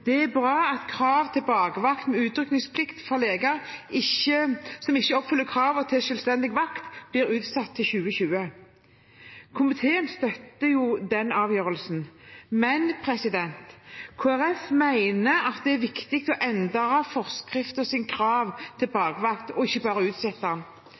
som ikke oppfyller kravet til selvstendig vakt, blir utsatt til 2020. Komiteen støtter den avgjørelsen, men Kristelig Folkeparti mener det er viktig å endre kravet i forskriften til bakvakt og ikke bare utsette